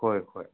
ꯍꯣꯏ ꯍꯣꯏ